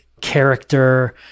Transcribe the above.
character